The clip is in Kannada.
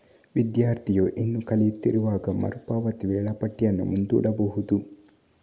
ವಿದ್ಯಾರ್ಥಿಯು ಇನ್ನೂ ಕಲಿಯುತ್ತಿರುವಾಗ ಮರು ಪಾವತಿ ವೇಳಾಪಟ್ಟಿಯನ್ನು ಮುಂದೂಡಬಹುದು